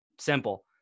Simple